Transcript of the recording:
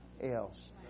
else